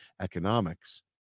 economics